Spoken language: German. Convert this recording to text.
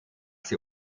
sie